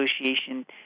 Association